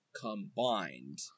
combined